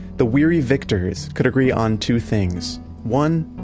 the weary victors could agree on two things one,